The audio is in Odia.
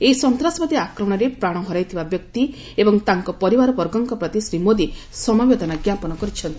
ଏହି ସନ୍ତାସବାଦୀ ଆକ୍ରମଣରେ ପ୍ରାଣ ହରାଇଥିବା ବ୍ୟକ୍ତି ଏବଂ ତାଙ୍କ ପରିବାରବର୍ଗଙ୍କ ପ୍ରତି ଶ୍ରୀ ମୋଦି ସମବେଦନା ଜ୍ଞାପନ କରିଛନ୍ତି